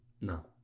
No